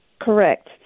correct